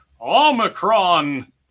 omicron